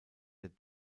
der